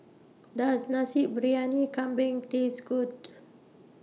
Does Nasi Briyani Kambing Taste Good